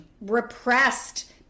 repressed